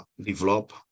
develop